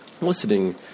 listening